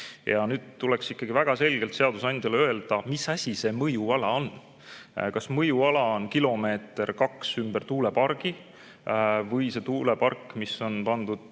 Ja nüüd tuleks ikkagi väga selgelt seadusandjal öelda, mis asi see mõjuala on. Kas mõjuala on kilomeeter‑kaks ümber tuulepargi või kui tuulepark on pandud